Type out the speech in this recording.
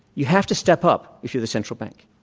you have to step up if you're the central bank.